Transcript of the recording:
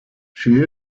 she